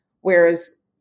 Whereas